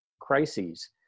crises